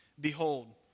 Behold